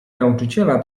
nauczyciela